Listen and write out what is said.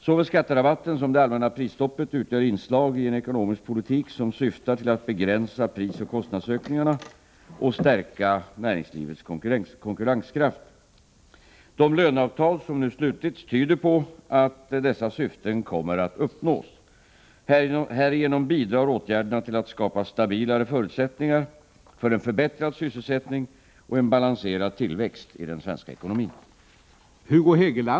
Såväl skatterabatten som det allmänna prisstoppet utgör inslag i en ekonomisk politik som syftar till att begränsa prisoch kostnadsökningarna och stärka näringslivets konkurrenskraft. De löneavtal som nu slutits tyder på att dessa syften kommer att uppnås. Härigenom bidrar åtgärderna till att skapa stabilare förutsättningar för en förbättrad sysselsättning och en balanserad tillväxt i den svenska ekonomin.